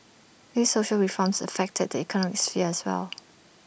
these social reforms affect the economic sphere as well